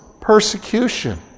persecution